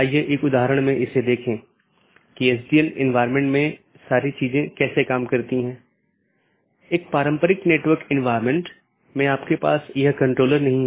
इसलिए EBGP साथियों के मामले में जब हमने कुछ स्लाइड पहले चर्चा की थी कि यह आम तौर पर एक सीधे जुड़े नेटवर्क को साझा करता है